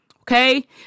okay